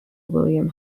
william